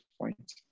point